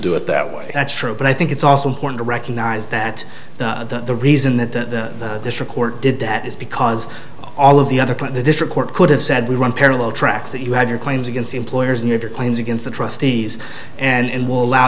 do it that way that's true but i think it's also important to recognize that the reason that the district court did that is because all of the other point the district court could have said we run parallel tracks that you have your claims against employers and their claims against the trustees and will allow